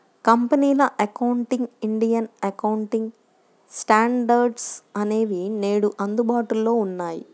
కంపెనీల accounting, Indian accounting standards అనేవి నేడు అందుబాటులో ఉన్నాయి